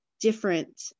different